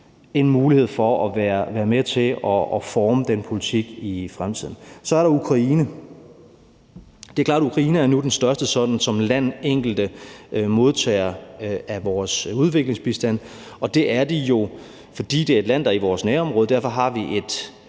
en mulighed for at være med til at forme den politik i fremtiden. Så er der Ukraine. Det er klart, at Ukraine nu som land er den største enkelte modtager af vores udviklingsbistand, og det er de jo, fordi det er et land, der er i vores nærområde. Derfor har vi et